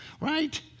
right